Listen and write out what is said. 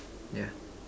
yeah